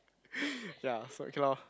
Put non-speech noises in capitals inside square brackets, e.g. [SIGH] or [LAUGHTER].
[BREATH] ya so okay lor